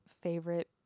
favorite